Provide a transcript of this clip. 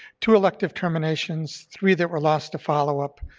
two elective terminations, three that were lost to follow-up,